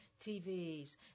TVs